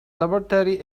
laboratory